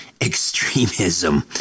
extremism